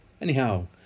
Anyhow